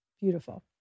Beautiful